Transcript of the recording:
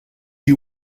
you